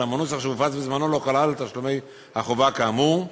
אולם הנוסח שהופץ בזמנו לא כלל את תשלומי החובה כאמור.